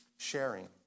Sharing